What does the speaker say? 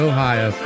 Ohio